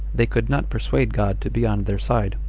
they could not persuade god to be on their side.